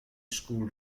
school